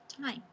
time